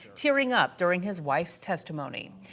tearing up during his wife's testimony.